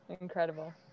Incredible